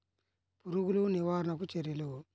పురుగులు నివారణకు చర్యలు?